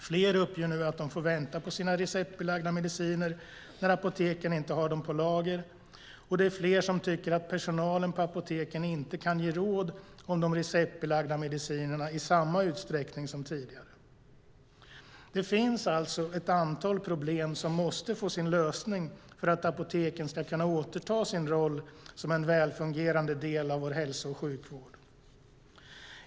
Fler uppger nu att de får vänta på sina receptbelagda mediciner när apoteken inte har dem på lager, och det är fler som tycker att personalen på apoteken inte kan ge råd om de receptbelagda medicinerna i samma utsträckning som tidigare. Det finns alltså ett antal problem som måste få sin lösning för att apoteken ska kunna återta sin roll som en välfungerande del av vår hälso och sjukvård.